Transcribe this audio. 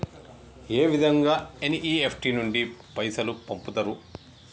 ఏ విధంగా ఎన్.ఇ.ఎఫ్.టి నుండి పైసలు పంపుతరు?